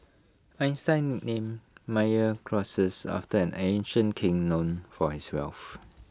Einstein name Meyer Croesus after an ancient king known for his wealth